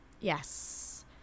Yes